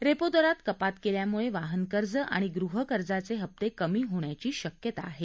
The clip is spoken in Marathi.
रेपो दरात कपात केल्यामुळे वाहनकर्ज आणि गृहकर्जाचे हप्ते कमी होण्याची शक्यता आहे